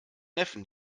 neffen